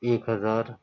ایک ہزار